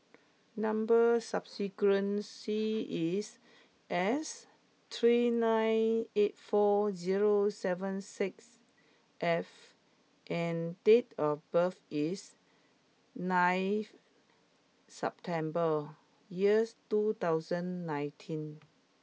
number sequence is S three nine eight four zero seven six F and date of birth is nine September years two thousand nineteen